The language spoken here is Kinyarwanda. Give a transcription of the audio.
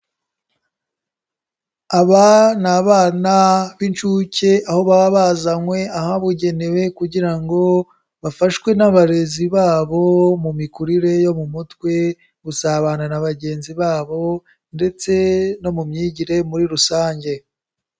Aba ni abana b'inshuke, aho baba bazanywe ahabugenewe kugira ngo bafashwe n'abarezi babo mu mikurire yo mu mutwe, gusabana na bagenzi babo ndetse no mu myigire muri rusange.